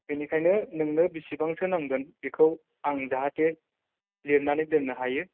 बेनिखायनो नोंनो बेसेबांसो नांगोन बेखौ आं जाहाथे लिरनानै दोननो हायो